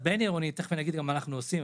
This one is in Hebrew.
אני גם אגיד תכף מה אנחנו עושים,